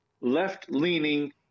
left-leaning